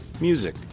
music